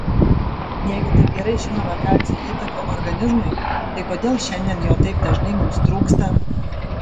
jeigu taip gerai žinome kalcio įtaką organizmui tai kodėl šiandien jo taip dažnai mums trūksta